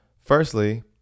Firstly